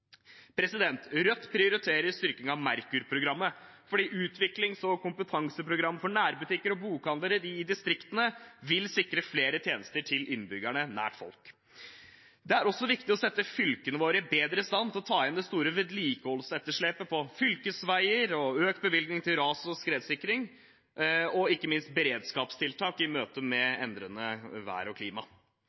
Rødt prioriterer styrking av Merkur-programmet, for utviklings- og kompetanseprogram for nærbutikker og bokhandlere i distriktene vil sikre flere tjenester til innbyggerne nær folk. Det er også viktig å sette fylkene våre bedre i stand til å ta inn det store vedlikeholdsetterslepet på fylkesveier og gi økt bevilgning til ras- og skredsikring og ikke minst beredskapstiltak i møte med endret vær og klima.